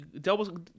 double